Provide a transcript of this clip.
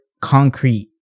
concrete